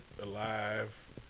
Alive